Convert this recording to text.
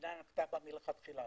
שהמדינה נקטה בה מלכתחילה,